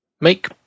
make